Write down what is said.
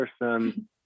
person